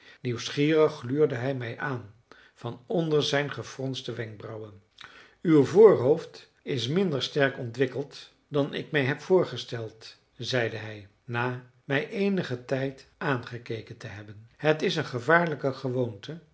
nieuwsgierig gluurde hij mij aan van onder zijn gefronste wenkbrauwen illustratie professor moriarty stond voor mij uw voorhoofd is minder sterk ontwikkeld dan ik mij heb voorgesteld zeide hij na mij eenigen tijd aangekeken te hebben het is een gevaarlijke gewoonte